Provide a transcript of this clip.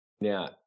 Now